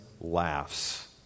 laughs